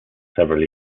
several